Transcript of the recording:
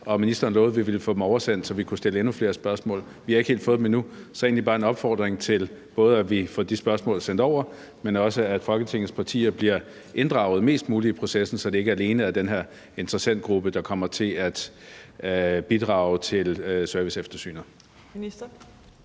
og ministeren lovede, at vi ville få tallene oversendt, så vi kunne stille endnu flere spørgsmål. Vi har ikke helt fået dem endnu, så det er egentlig bare en opfordring til, både at vi får de tal sendt over, men også at Folketingets partier bliver inddraget mest muligt i processen, så det ikke alene er den her interessentgruppe, der kommer til at bidrage til serviceeftersynet.